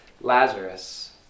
Lazarus